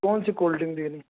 کونسی کولڈ رنگ دے دوں